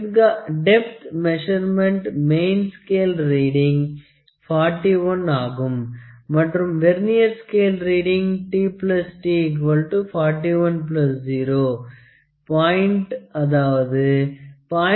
depth measurement main scale reading 41 ஆகும் மற்றும் vernier scale reading T t 41 0 point அதாவது 0